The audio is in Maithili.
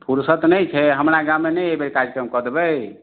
फुर्सत नहि छै हमरा गाममे नहि एहि बेर कार्जक्रम कऽ देबै